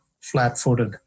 flat-footed